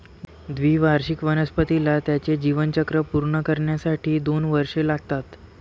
द्विवार्षिक वनस्पतीला त्याचे जीवनचक्र पूर्ण करण्यासाठी दोन वर्षे लागतात